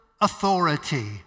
authority